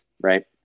right